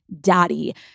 daddy